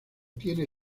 tiene